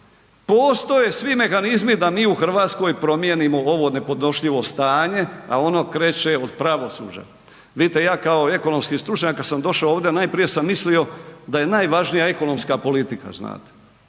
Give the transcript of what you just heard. postoje svi mehanizmi da mi u Hrvatskoj promijenimo ovo nepodnošljivo stanje a ono kreće od pravosuđa. Vidite, ja kao ekonomski stručnjak, kad sam došao ovdje, najprije sam mislio da je najvažnija ekonomska politika, znate.